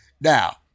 Now